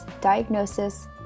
diagnosis